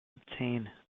obtain